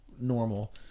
normal